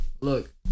look